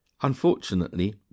Unfortunately